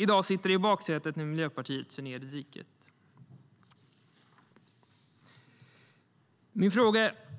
I dag sitter de i baksätet när Miljöpartiet kör ned i diket.